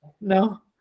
no